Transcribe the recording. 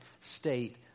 state